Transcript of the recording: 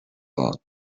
both